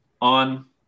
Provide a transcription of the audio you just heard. on